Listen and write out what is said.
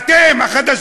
תקראו את זה, אתם החדשים.